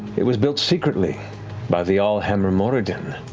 it was built secretly by the allhammer, moradin,